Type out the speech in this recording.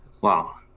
Wow